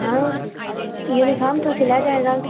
हाँ यूनिफॉर्म तो सिला जाएगा